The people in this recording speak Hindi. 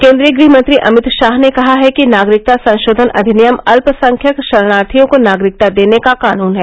केन्द्रीय गृहमंत्री अमित शाह ने कहा है कि नागरिकता संशोधन अधिनियम अल्पसंख्यक शरणार्थियों को नागरिकता देने का कानून है